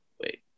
wait